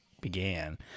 began